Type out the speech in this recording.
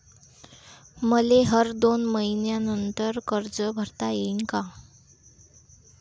मले हर दोन मयीन्यानंतर कर्ज भरता येईन का?